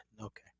Okay